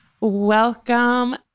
Welcome